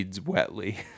Wetly